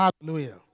Hallelujah